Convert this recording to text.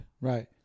right